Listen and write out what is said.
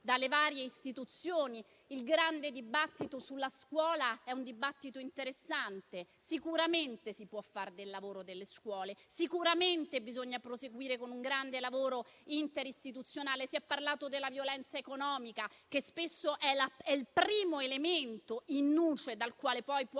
dalle varie istituzioni. Il grande dibattito sulla scuola è un dibattito interessante. Sicuramente si può fare del lavoro nelle scuole; sicuramente bisogna proseguire con un grande lavoro interistituzionale. Si è parlato della violenza economica, che spesso è il primo elemento *in nuce* dal quale poi può